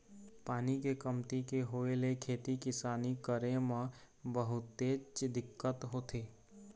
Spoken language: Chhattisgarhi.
पानी के कमती के होय ले खेती किसानी करे म बहुतेच दिक्कत होथे